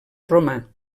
romà